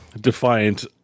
defiant